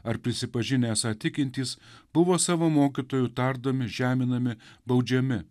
ar prisipažinę esą tikintys buvo savo mokytojų tardomi žeminami baudžiami